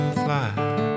fly